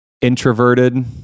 introverted